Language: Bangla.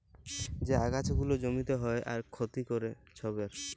যে আগাছা গুলা জমিতে হ্যয় আর ক্ষতি ক্যরে ছবের